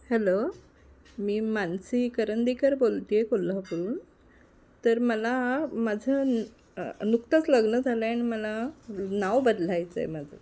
hello मी मानसी करंदीकर बोलते आहे कोल्हापूरहून तर मला माझं नुकतंच लग्न झालं आहे आणि मला नाव बदलायचं आहे माझं